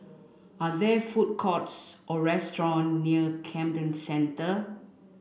are there food courts or restaurant near Camden Centre